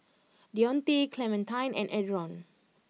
Dionte Clementine and Adron